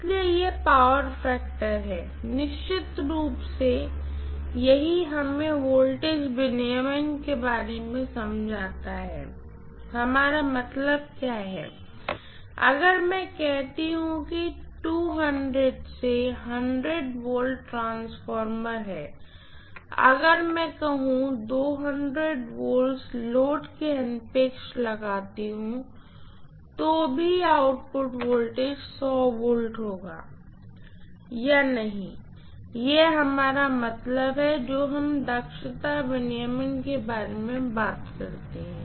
इसलिए यह power factor है निश्चित रूप से यही हमें वोल्टेज विनियमन के बारे में समझाता है हमारा मतलब है अगर मैं कहती हूँ से V ट्रांसफार्मर हैं हूं अगर मैं V लोड के अनपेक्ष लगाती हूँ तो भी आउटपुट वोल्टेज V पर होगा या नहीं यह हमारा मतलब है जो हम दक्षता विनियमन के बारे में बात करते हैं